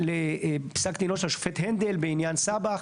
לפסק דינו של השופט הנדל בעניין סבח.